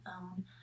own